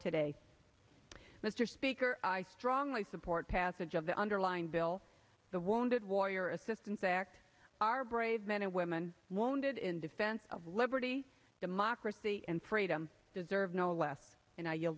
today mr speaker i strongly support passage of the underlying bill the wounded warrior assistance act our brave men and women wonted in defense of liberty democracy and freedom deserve no less and